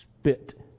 spit